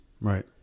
right